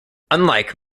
unlike